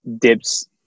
dips